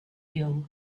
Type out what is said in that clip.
hill